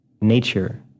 Nature